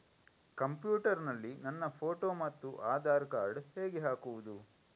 Computer ನಲ್ಲಿ ನನ್ನ photo ಮತ್ತು ಆಧಾರ್ ಕಾರ್ಡ್ ಹೇಗೆ ಹಾಕುವುದು?